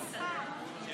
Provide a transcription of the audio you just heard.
התשפ"ג 2023,